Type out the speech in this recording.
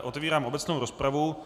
Otevírám obecnou rozpravu.